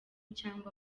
cyangwa